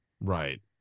Right